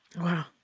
Wow